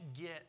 get